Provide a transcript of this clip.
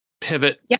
pivot